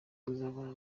kuzabona